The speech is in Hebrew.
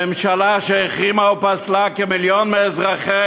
ממשלה שהחרימה ופסלה כמיליון מאזרחי